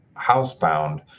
housebound